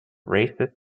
racist